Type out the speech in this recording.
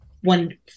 one